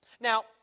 now